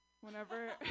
Whenever